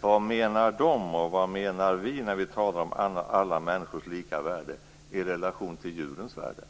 Vad menar de och vad menar vi när vi talar om alla människor lika värde i relation till djurens värde?